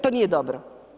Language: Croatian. To nije dobro.